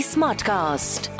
Smartcast